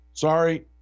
Sorry